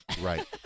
Right